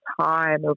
time